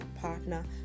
partner